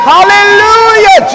Hallelujah